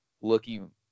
looking